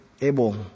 able